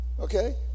Okay